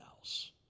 else